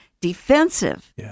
defensive